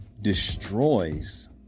destroys